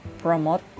promote